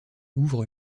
ouvre